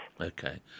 Okay